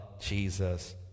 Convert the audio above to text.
Jesus